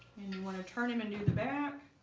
and you want to turn them into the back